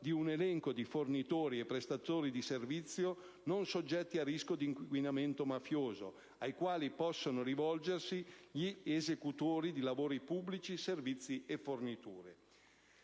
di un elenco di fornitori e prestatori di servizi non soggetti a rischio di inquinamento mafioso, ai quali possono rivolgersi gli esecutori di lavori pubblici, servizi e forniture.